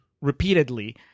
repeatedly